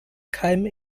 keime